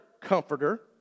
comforter